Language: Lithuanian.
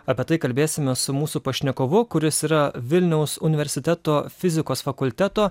apie tai kalbėsime su mūsų pašnekovu kuris yra vilniaus universiteto fizikos fakulteto